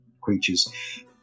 creatures